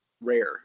rare